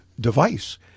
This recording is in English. device